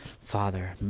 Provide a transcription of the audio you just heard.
Father